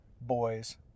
boys